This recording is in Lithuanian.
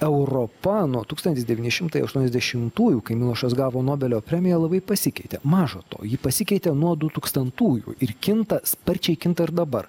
europa nuo tūkstantis devyni šimtai aštuoniasdešimtųjų kai milošas gavo nobelio premiją labai pasikeitė maža to ji pasikeitė nuo du tūsktantųjų ir kinta sparčiai kinta ir dabar